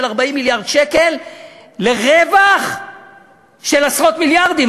40 מיליארד שקל לרווח של עשרות מיליארדים?